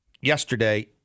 yesterday